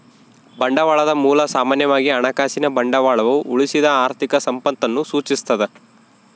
ಬಂಡವಾಳದ ಮೂಲ ಸಾಮಾನ್ಯವಾಗಿ ಹಣಕಾಸಿನ ಬಂಡವಾಳವು ಉಳಿಸಿದ ಆರ್ಥಿಕ ಸಂಪತ್ತನ್ನು ಸೂಚಿಸ್ತದ